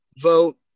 Vote